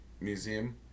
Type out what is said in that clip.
Museum